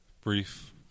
brief